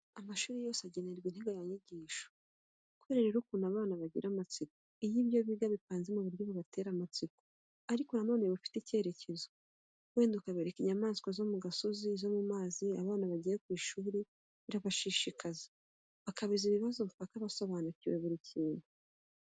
Amashuri yose agenerwa integanyanyigisho, kubera rero ukuntu abana bagira amatsiko, iyo ibyo biga bipanze mu buryo bubatera amatsiko ariko na none bufite icyerekezo, wenda ukabereka inyamaswa zo mu gasozi, izo mu mazi, abana bagiye ku ishuri, birabashishikaza, bakabaza ibibazo mpaka basobanukiwe buri kintu.